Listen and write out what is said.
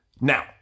Now